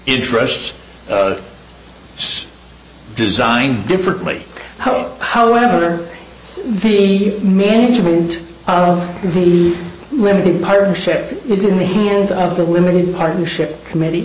interests designed differently however the management of the limited partnership is in the hands of the limited partnership committee